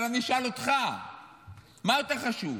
אבל אני אשאל אותך מה יותר חשוב: